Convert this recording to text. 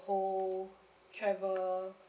whole travel